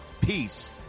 peace